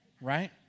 right